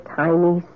tiny